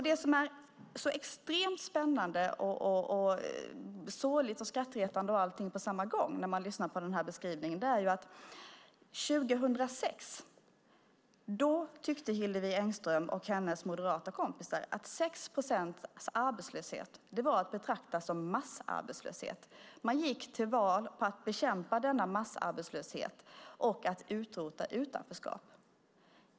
Det som är så extremt spännande, sorgligt, skrattretande och allting på samma gång när man lyssnar på den här beskrivningen är att Hillevi Engström och hennes moderata kompisar 2006 tyckte att 6 procents arbetslöshet var att betrakta som massarbetslöshet. Man gick till val på att bekämpa denna massarbetslöshet och utrota utanförskap.